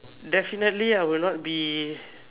definitely I will not be